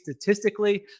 statistically